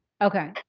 Okay